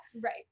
Right